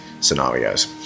scenarios